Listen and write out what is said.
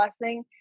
blessing